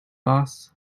boss